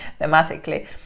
thematically